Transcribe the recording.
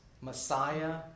Messiah